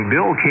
Bill